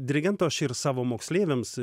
dirigento aš ir savo moksleiviams